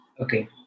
Okay